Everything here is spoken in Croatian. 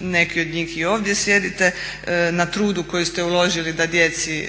neki od njih i ovdje sjedite na trudu koji ste uložili da djeci